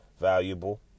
valuable